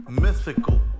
mythical